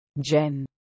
Jen